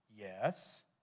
Yes